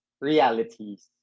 Realities